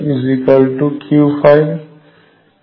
অর্থাৎ Q2Q